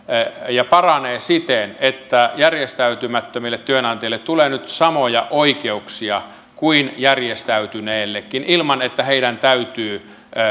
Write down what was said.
ja paranee siten että järjestäytymättömille työnantajille tulee nyt samoja oikeuksia kuin järjestäytyneillekin ilman että heidän täytyy